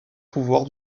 pouvoirs